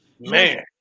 Man